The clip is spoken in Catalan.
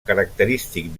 característic